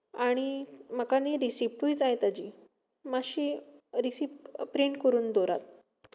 आनी म्हाका न्हू रिसिप्टूय जाय ताची मातशी रिसिप्ट प्रिंट करून दवरात